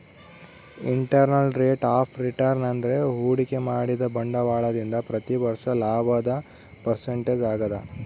internal rate of return ಅಂದ್ರೆ ಹೂಡಿಕೆ ಮಾಡಿದ ಬಂಡವಾಳದಿಂದ ಪ್ರತಿ ವರ್ಷ ಲಾಭದ ಪರ್ಸೆಂಟೇಜ್ ಆಗದ